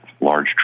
large